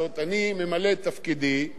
כיושב-ראש ועדת החוץ והביטחון,